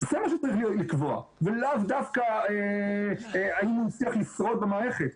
זה מה שצריך לקבוע ולאו דווקא אם הוא הצליח לשרוד במערכת,